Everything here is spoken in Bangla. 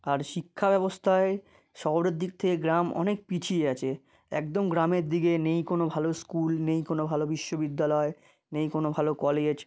আর শিক্ষা ব্যবস্থায় শহরের দিক থেকে গ্রাম অনেক পিছিয়ে আছে একদম গ্রামের দিকে নেই কোনো ভালো স্কুল নেই কোনো ভালো বিশ্ববিদ্যালয় নেই কোনো ভালো কলেজ